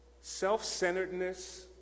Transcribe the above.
self-centeredness